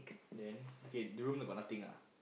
then okay the room like got nothing ah